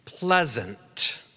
Pleasant